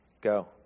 go